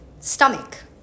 stomach